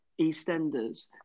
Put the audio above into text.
EastEnders